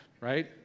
right